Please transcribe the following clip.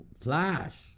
Flash